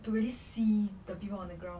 to really see the people on the ground